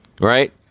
right